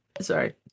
Sorry